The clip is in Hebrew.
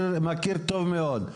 מכיר טוב מאוד.